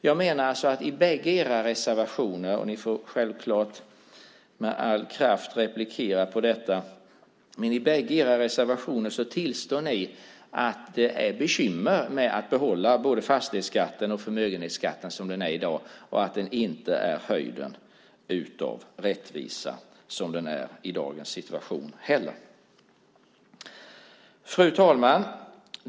Jag menar alltså att ni i bägge era reservationer - ni får självklart med all kraft replikera på detta - tillstår att det är bekymmer med att behålla både fastighetsskatten och förmögenhetsskatten som de är i dag och att de inte heller är höjden av rättvisa som de är i dagens situation. Fru talman!